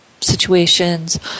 situations